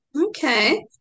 okay